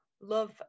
love